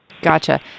Gotcha